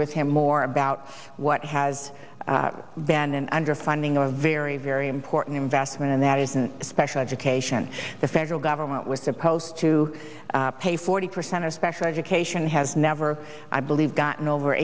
with him more about what has been an underfunding or a very very important investment and that isn't special education the federal government was supposed to pay forty percent of special education has never i believe gotten over